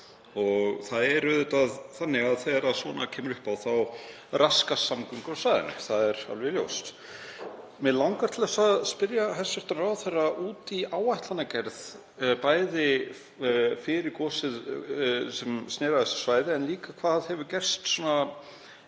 Það er auðvitað þannig að þegar svona kemur upp á þá raskast samgöngur á svæðinu, það er alveg ljóst. Mig langar til að spyrja hæstv. ráðherra út í áætlanagerð, bæði fyrir gosið sem snýr að þessu svæði en líka hvað hefur gerst í